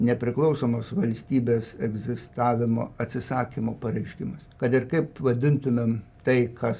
nepriklausomos valstybės egzistavimo atsisakymo pareiškimai kad ir kaip vadintumėm tai kas